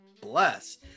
bless